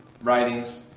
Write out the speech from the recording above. writings